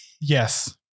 Yes